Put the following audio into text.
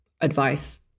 advice